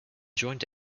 joint